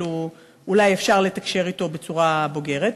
אבל אולי אפשר לתקשר אתו בצורה בוגרת.